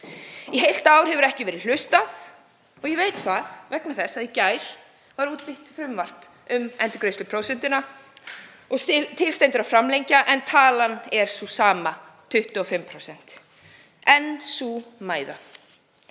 Í heilt ár hefur ekki verið hlustað og ég veit það vegna þess að í gær var útbýtt frumvarpi um endurgreiðsluprósentuna. Til stendur að framlengja, en talan er sú sama, 25%. En sú mæða.